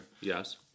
yes